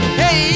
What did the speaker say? hey